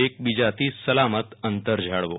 એક બીજાથી સલામત અંતર જાળવો